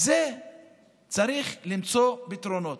צריך למצוא פתרונות.